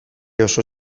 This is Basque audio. oso